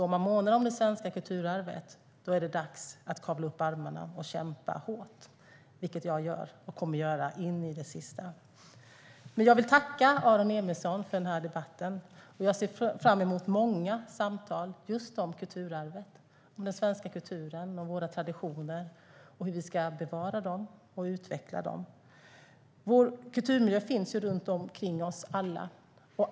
Om man månar om det svenska kulturarvet är det dags att kavla upp ärmarna och kämpa hårt, vilket jag gör och kommer att göra in i det sista. Men jag vill tacka Aron Emilsson för den här debatten. Jag ser fram emot många samtal om just kulturarvet, om den svenska kulturen, om våra traditioner och om hur vi ska bevara och utveckla dem. Vår kulturmiljö finns ju runt omkring oss alla.